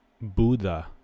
Buddha